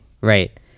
Right